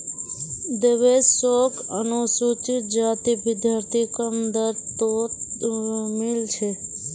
देवेश शोक अनुसूचित जाति विद्यार्थी कम दर तोत मील छे